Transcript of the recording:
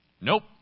Nope